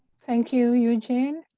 thank you, eugene,